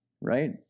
right